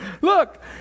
look